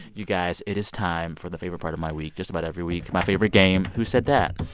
you guys, it is time for the favorite part of my week, just about every week. my favorite game, who said that